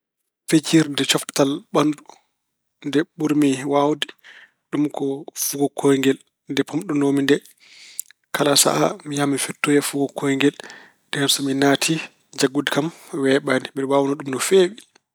Fijirde coftal ɓanndu nde ɓurmi waawde ɗum ko fugo kooyngel. Nde pamɗunoomi nde, kala sahaa mi yahan mi fettoya fugo kooyngel. Ndeen so mi naati, jaggude kam weeɓaani. Mbeɗe waawno ɗum no feewi.